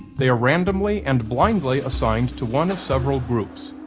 they are randomly and blindly assigned to one of several groups.